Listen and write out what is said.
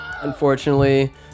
unfortunately